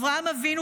אברהם אבינו,